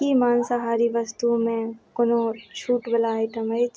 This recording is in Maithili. कि माँसाहारी वस्तुमे कोनो छूटवला आइटम अछि